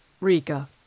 Riga